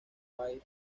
fire